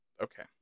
Okay